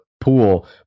pool